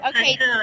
Okay